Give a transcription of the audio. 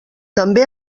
també